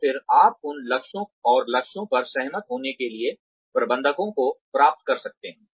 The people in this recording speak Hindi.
और फिर आप उन लक्ष्यों और लक्ष्यों पर सहमत होने के लिए प्रबंधकों को प्राप्त करते हैं